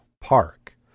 Park